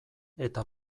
eta